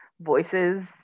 voices